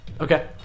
Okay